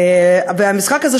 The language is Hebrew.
המשחק הזה,